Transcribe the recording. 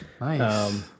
Nice